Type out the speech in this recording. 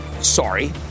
sorry